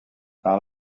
par